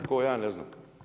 Tko, ja ne znam.